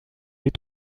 les